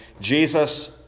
Jesus